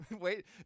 Wait